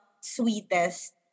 sweetest